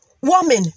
woman